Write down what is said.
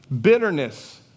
bitterness